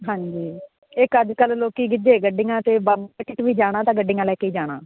ਹਾਂਜੀ ਇਕ ਅੱਜ ਕੱਲ ਲੋਕੀ ਵਿਚੇ ਗੱਡੀਆਂ ਤੇ ਕਿਤੇ ਵੀ ਜਾਣਾ ਤਾਂ ਗੱਡੀਆਂ ਲੈ ਕੇ ਈ ਜਾਣਾ